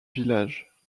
village